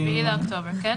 עד ה-7 באוקטובר, כן?